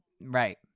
Right